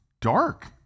dark